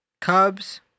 Cubs